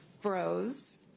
froze